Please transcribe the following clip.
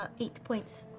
ah eight points.